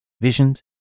visions